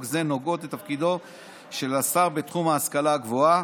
זה נוגעות לתפקידו של השר בתחום ההשכלה הגבוהה,